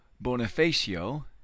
bonifacio